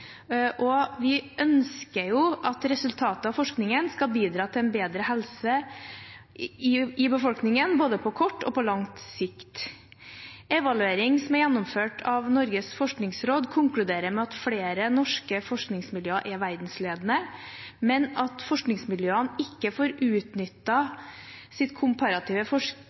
og vi ønsker jo at resultatet av forskningen skal bidra til en bedre helse i befolkningen, både på kort og på lang sikt. Evaluering som er gjennomført av Norges forskningsråd, konkluderer med at flere norske forskningsmiljøer er verdensledende, men at forskningsmiljøene ikke får utnyttet sitt komparative